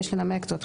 יש לנמק זאת.